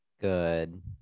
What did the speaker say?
Good